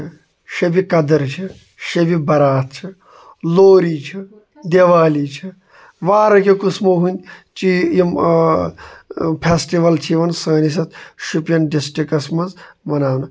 آیِس cream اَکھ restaurant پٮ۪ٹھ ییٚتی مگر بہتریٖن ٲس سُہ سُہ ٲس یہِ تَتھ کیا وَنو فیملی پیک ٲس سُہ سُہ آو بَڑٕ ٹیسٹ کھٮ۪نَس بَچہِ تہِ گٔے خۄش یُس أسۍ بازرٕ آیِس کرٛیٖم چھِ اَنان سُہ چھِ گَرٕ تام میلٹ گژھان